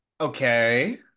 Okay